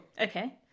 Okay